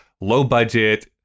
low-budget